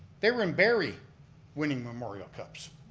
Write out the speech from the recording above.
they were in berry winning memorial cups.